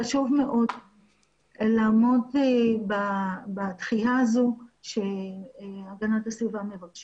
חשוב מאוד לעמוד בדחייה הזו שהמשרד להגנת הסביבה מבקש